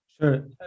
Sure